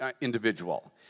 individual